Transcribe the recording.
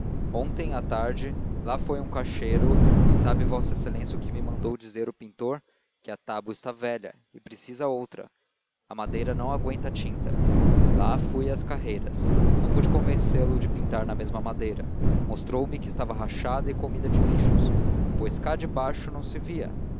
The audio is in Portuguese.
ontem à tarde lá foi um caixeiro e sabe v exa o que me mandou dizer o pintor que a tábua está velha e precisa outra a madeira não aguenta tinta lá fui às carreiras não pude convencê-lo de pintar na mesma madeira mostrou-me que estava rachada e comida de bichos pois cá de baixo não se via